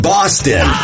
Boston